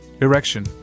Erection